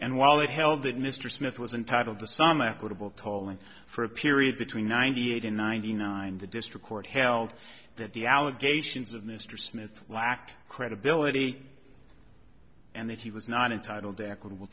and while they held that mr smith was entitled to some equitable tolling for a period between ninety eight and ninety nine the district court held that the allegations of mr smith lacked credibility and that he was not entitled to equitable